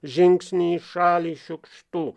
žingsnį į šalį šiukštu